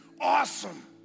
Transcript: awesome